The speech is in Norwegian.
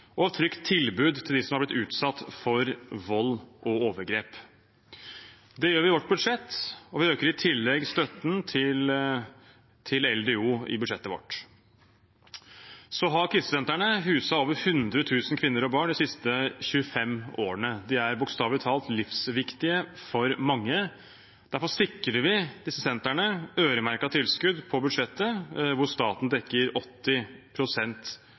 et trygt tilbud til dem som har blitt utsatt for vold og overgrep. Det gjør vi i vårt budsjett, og vi øker i tillegg støtten til Likestillings- og diskrimineringsombudet i budsjettet vårt. Krisesentrene har huset over 100 000 kvinner og barn de siste 25 årene. De er bokstavelig talt livsviktige for mange. Derfor sikrer vi disse sentrene øremerkede tilskudd på budsjettet, hvor staten dekker